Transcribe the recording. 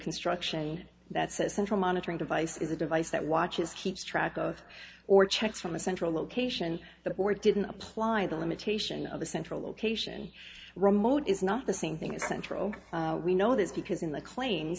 construction that says central monitoring device is a device that watches keeps track of or checks from a central location the board didn't apply the limitation of a central location remote is not the same thing as central we know this because in the cla